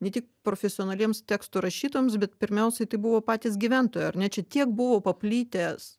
ne tik profesionaliems tekstų rašytojams bet pirmiausiai tai buvo patys gyventojai ar ne čia tiek buvo paplitęs